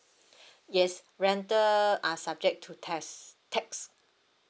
yes rental are subject to tax tax